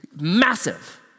massive